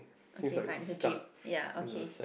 okay fine it's a jeep ya okay